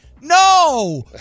no